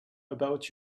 about